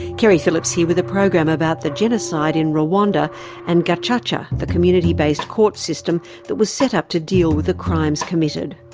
keri phillips here with a program about the genocide in rwanda and gacaca, the community based court system that was set up to deal with the crimes committed.